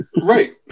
Right